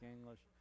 English